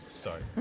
Sorry